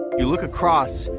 you look across,